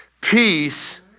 peace